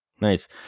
Nice